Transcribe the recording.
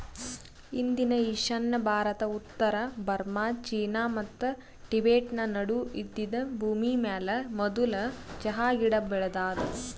ಇಂದಿನ ಈಶಾನ್ಯ ಭಾರತ, ಉತ್ತರ ಬರ್ಮಾ, ಚೀನಾ ಮತ್ತ ಟಿಬೆಟನ್ ನಡು ಇದ್ದಿದ್ ಭೂಮಿಮ್ಯಾಲ ಮದುಲ್ ಚಹಾ ಗಿಡ ಬೆಳದಾದ